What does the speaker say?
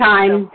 Time